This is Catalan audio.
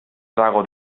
trago